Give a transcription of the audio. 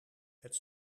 het